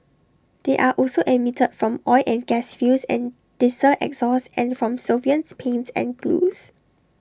they are also emitted from oil and gas fields and diesel exhaust and from solvents paints and glues